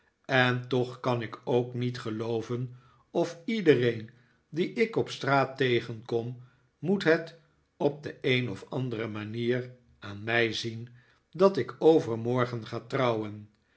en toch kan ik ook niet gelooven of iedereen dien ik op straat tegenkom moet het op de een of andere manier aan mij zien dat ik overmorgen ga trouwen